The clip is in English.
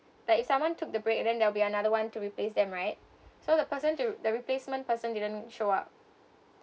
like if someone took the break and then there will be another one to replace them right so the person to the replacement person didn't show up